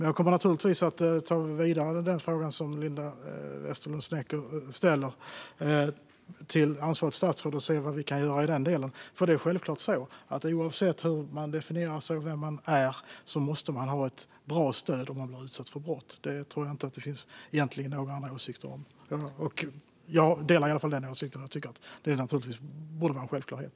Jag kommer naturligtvis att ta Linda Westerlund Sneckers fråga vidare till ansvarigt statsråd och se vad vi kan göra. Det är ju självklart så att oavsett hur man definierar sig och vem man är måste man ha ett bra stöd om man varit utsatt för brott. Det tror jag egentligen inte att det finns några andra åsikter om. Jag delar i alla fall den åsikten och tycker att det borde vara en självklarhet.